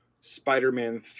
Spider-Man